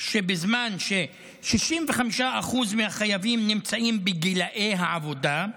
שבזמן ש-65% מהחייבים נמצאים בגילי העבודה,